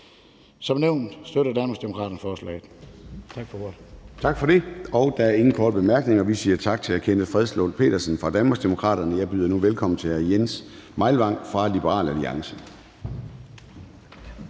Som nævnt støtter Danmarksdemokraterne lovforslaget.